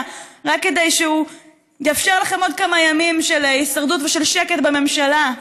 רק כדי שהוא יאפשר לכם עוד כמה ימים של הישרדות ושל שקט בממשלה.